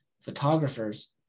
photographers